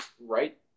right